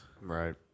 Right